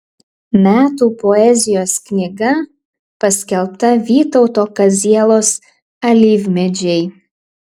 metų poezijos knyga paskelbta vytauto kazielos alyvmedžiai